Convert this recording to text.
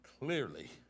clearly